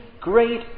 great